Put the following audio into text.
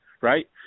right